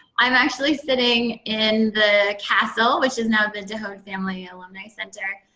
i'm actually sitting in the castle, which is now the dehod family alumni center.